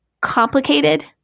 complicated